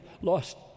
lost